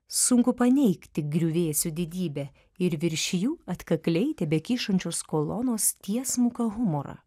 sunku paneigti griuvėsių didybę ir virš jų atkakliai tebekyšančios kolonos tiesmuką humorą